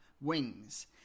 Wings